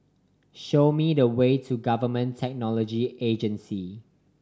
show me the way to Government Technology Agency